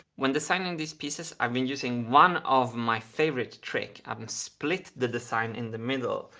when designing these pieces, i've been using one of my favorite trick i've split the design in the middle.